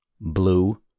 blue